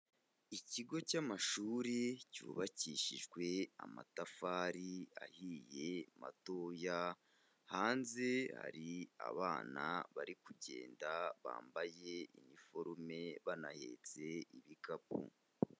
Ikigo cy'amashuri cyubakishijwe amatafari ahiye matoya, hanze hari abana bari kugenda bambaye iniforume banahetse ibikapu.